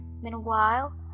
Meanwhile